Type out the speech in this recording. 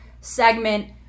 segment